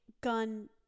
gun